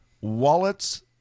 Wallets